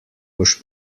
boš